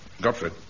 Godfrey